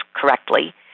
correctly